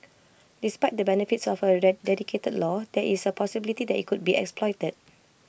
despite the benefits of A dedicated law there is A possibility that IT could be exploited